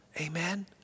amen